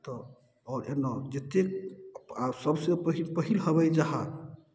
तऽ आओर एना जतेक आओर सबसँ पहिल पहिल हवाइ जहाज